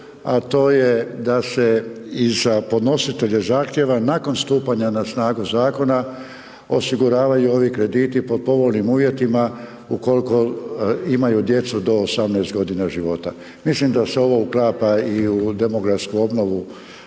a to je da se i za podnositelje zahtjeva nakon stupanja na snagu zakona osiguravaju ovi krediti po povoljnim uvjetima ukoliko imaju djecu do 18 godina života. Mislim da se ovo uklapa i u demografsku obnovu